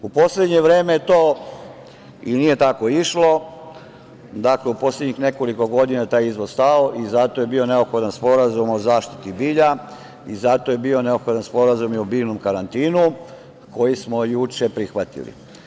U poslednje vreme to i nije tako išlo, dakle, u poslednjih nekoliko godina taj izvoz je stao i zato je bio neophodan Sporazum o zaštiti bilja i zato je bio neophodan Sporazum o biljnom karantinu, koji smo juče prihvatili.